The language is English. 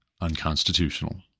unconstitutional